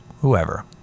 whoever